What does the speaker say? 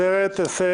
הפלילי ותקנת השבים (תיקון והוראת שעה),